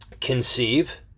conceive